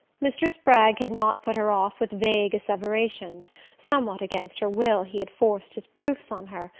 mr. spragg had not put her off with vague asseverations somewhat against her will he had forced his proofs on her,